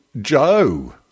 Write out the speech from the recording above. Joe